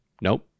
Nope